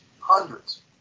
hundreds